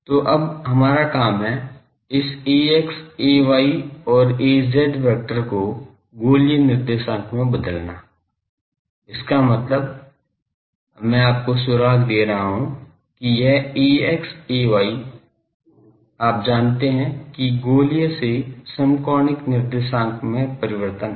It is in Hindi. तो अब आपका काम है इस ax ay और az वेक्टर को गोलीय निर्देशांक में बदलना इसका मतलब है मैं आपको सुराग दे रहा हूं की यह ax ay आप जानते है की गोलीय से समकोणीय निर्देशांक में परिवर्तन हैं